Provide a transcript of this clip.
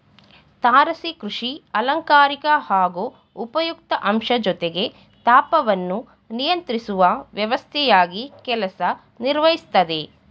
ತಾರಸಿ ಕೃಷಿ ಅಲಂಕಾರಿಕ ಹಾಗೂ ಉಪಯುಕ್ತ ಅಂಶ ಜೊತೆಗೆ ತಾಪವನ್ನು ನಿಯಂತ್ರಿಸುವ ವ್ಯವಸ್ಥೆಯಾಗಿ ಕೆಲಸ ನಿರ್ವಹಿಸ್ತದೆ